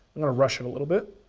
i'm gonna rush it a little bit.